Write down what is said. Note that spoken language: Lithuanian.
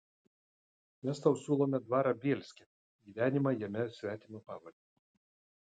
mes tau siūlome dvarą bielske gyvenimą jame svetima pavarde